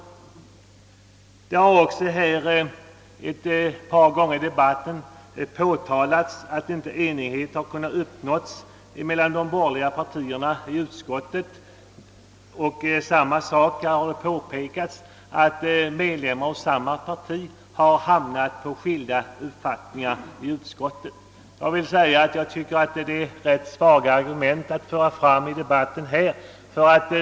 I debatten har också ett par gånger påtalats att enighet inte kunnat uppnås mellan de borgerliga partierna i utskottet och att medlemmar av samma parti har hamnat i skilda uppfattningar. Det är rätt svaga argument att föra fram i debatten.